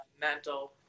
mental